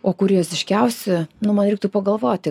o kurioziškiausi nu man reiktų pagalvoti